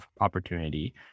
opportunity